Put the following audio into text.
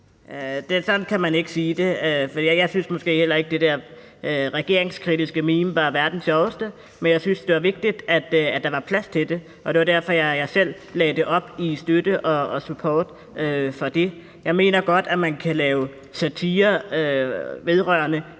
Sådan kan man ikke sige det. Jeg synes måske heller ikke, at det der regeringskritiske meme var verdens sjoveste, men jeg synes, at det var vigtigt, at der var plads til det, og det var derfor, jeg selv lagde det op som støtte og support for det. Jeg mener godt, at man kan lave satire vedrørende